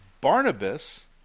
barnabas